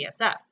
CSF